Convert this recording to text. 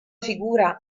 figura